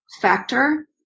factor